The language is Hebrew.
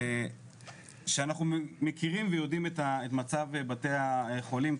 שאנחנו מכירים ויודעים את מצב בתי החולים,